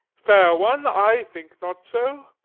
fair one, i think not so.